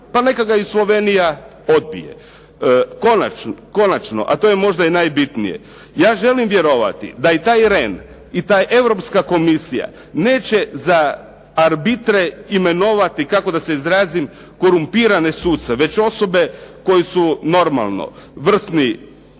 pa neka ga Slovenija i odbije. Konačno a to je možda i najbitnije, ja želim vjerovati da i taj Rehn i ta Europska komisija neće za arbitre imenovati kako da se izrazim korumpirane suce već osobe koje su normalno vrsni